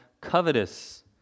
covetous